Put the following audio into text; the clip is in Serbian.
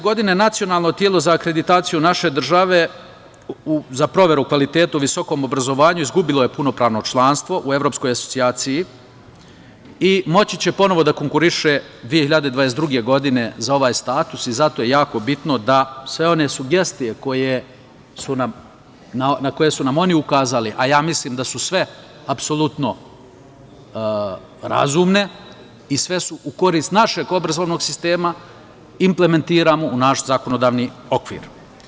Godine 2020. nacionalno telo za akreditaciju naše države za proveru kvaliteta u visokom obrazovanju izgubilo je punopravno članstvo u evropskoj asocijaciji i moći će ponovo da konkuriše 2022. godine za ovaj status i zato je jako bitno da sve one sugestije na koje su nam oni ukazali, a ja mislim da su sve apsolutno razumne i sve su u korist našeg obrazovnog sistema, implementiramo u naš zakonodavni okvir.